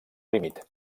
límit